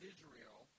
Israel